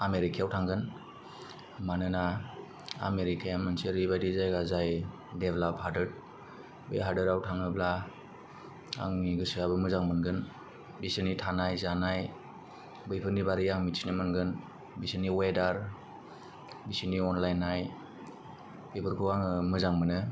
आमेरिकायाव थांगोन मानोना आमेरिकाया मोनसे ओरैबायदि जायगा जाय देब्लाब हादोत बे हादोराव थाङोब्ला आंनि गोसोयाबो मोजां मोनगोन बिसिनि थानाय जानाय बैफोरनि बागै आं मिथिनो मोनगोन बिसोरनि वेडार बिसोरनि अनलायनाय बेफोरखौ आङो मोजां मोनो